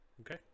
Okay